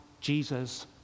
Jesus